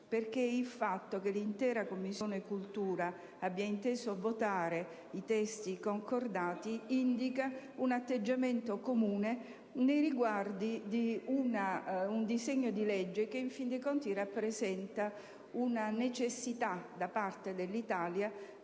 perché il fatto che l'intera 7a Commissione abbia inteso votare i testi concordati indica un atteggiamento comune nei riguardi di un disegno di legge che, in fin dei conti, rappresenta la necessità, da parte dell'Italia,